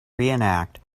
reenact